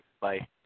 Bye